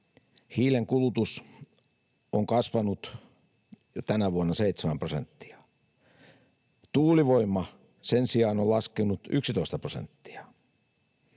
hiilen kulutus on kasvanut tänä vuonna jo 7 prosenttia. Tuulivoima sen sijaan on laskenut 11 prosenttia.